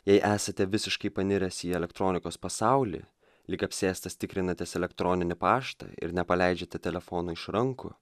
jei esate visiškai paniręs į elektronikos pasaulį lyg apsėstas tikrinatės elektroninį paštą ir nepaleidžiate telefono iš rankų